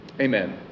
amen